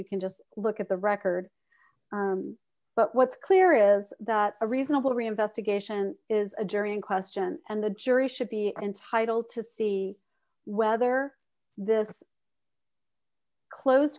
you can just look at the record but what's clear is that a reasonable reinvestigation is a jury in question and the jury should be entitled to see whether this close